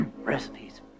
recipes